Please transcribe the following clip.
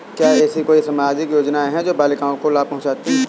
क्या ऐसी कोई सामाजिक योजनाएँ हैं जो बालिकाओं को लाभ पहुँचाती हैं?